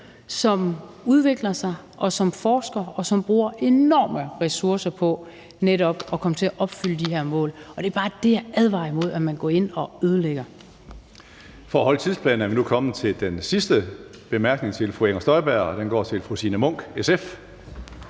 som udvikler sig, som forsker, og som bruger enormt mange ressourcer på netop at komme til at opfylde de her mål. Det er bare det, jeg advarer imod at man går ind og ødelægger. Kl. 15:20 Tredje næstformand (Karsten Hønge): For at holde tidsplanen er vi nu nået til den sidste korte bemærkning til fru Inger Støjberg, og den kommer fra fru Signe Munk, SF.